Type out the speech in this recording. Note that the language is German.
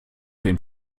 den